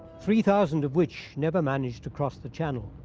three thousand of which never managed to cross the channel.